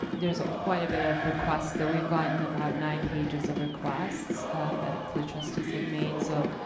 there's a quite a bit of requests. so we've gotten about nine pages of requests that the trustees have made, so